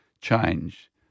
change